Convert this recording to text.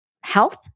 health